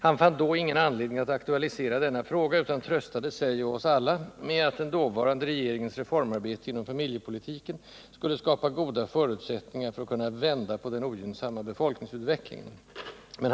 Han fann då ingen anledning att aktualisera denna fråga, utan tröstade sig — och oss alla — med att den dåvarande regeringens reformarbete inom familjepolitiken skulle skapa goda förutsättningar för att kunna vända på den ogynnsamma befolkningsutvecklingen.